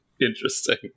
interesting